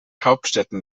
hauptstädten